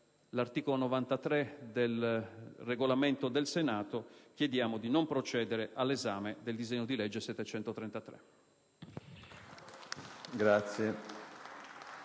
dell'articolo 93 del Regolamento del Senato, chiediamo di non procedere alla discussione del disegno di legge n.